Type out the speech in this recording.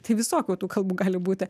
tai visokių tų kalbų gali būti